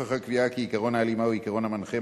נוכח הקביעה כי עקרון ההלימה הוא העיקרון המנחה,